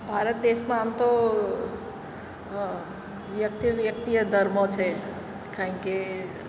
ભારત દેશમાં આમ તો વ્યક્તિએ વ્યક્તિએ ધર્મો છે કારણ કે